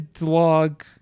log